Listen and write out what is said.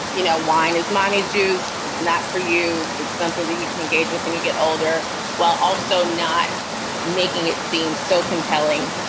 you know, wine is mommy's juice. it's not for you. it's something that you can engage with when you get older while also not making it seem so compelling.